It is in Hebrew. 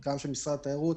גם של משרד התיירות